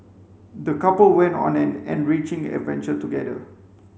the couple went on an enriching adventure together